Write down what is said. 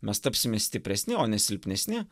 mes tapsime stipresni o ne silpnesni